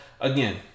Again